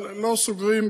אבל לא סוגרים.